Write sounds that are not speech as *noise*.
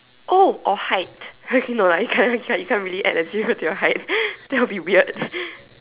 oh or height okay no lah *laughs* you can't you can't really add a zero to your height *laughs* that will be weird